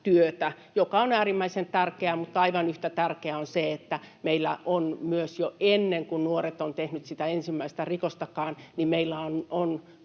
työtä, joka on äärimmäisen tärkeää, mutta aivan yhtä tärkeää on se, että meillä on myös — jo ennen kuin nuoret ovat tehneet sitä ensimmäistä rikostakaan — tukea